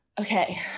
Okay